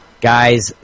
Guys